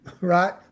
right